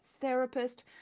therapist